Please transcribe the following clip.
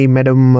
Madam